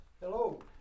hello